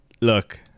look